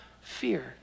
fear